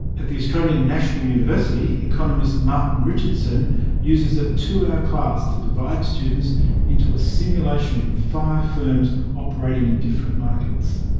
at the australian national university, economist martin richardson uses a two-hour class to divide students into a simulation with five firms, operating in different markets.